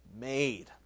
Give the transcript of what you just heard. made